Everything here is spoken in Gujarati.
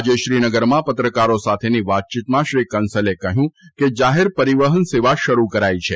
આજે શ્રીનગરમાં પત્રકારો સાથેની વાતચીતમાં શ્રી કંસલે કહ્યું કે જાહેર પરિવહન સેવા શરૂ કરાઇ છે